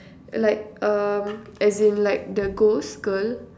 like um as in like the ghost girl